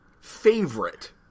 Favorite